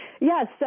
Yes